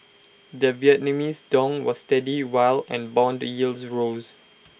the Vietnamese dong was steady while and Bond yields rose